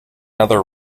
other